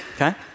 okay